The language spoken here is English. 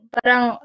Parang